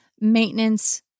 maintenance